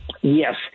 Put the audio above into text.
Yes